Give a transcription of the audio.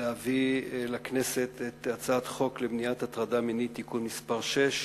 להביא לכנסת את הצעת החוק למניעת הטרדה מינית (תיקון מס' 6)